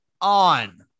on